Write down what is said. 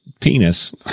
penis